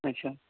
اچھا